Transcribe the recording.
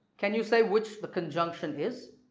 can you say which the conjunction is?